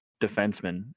defenseman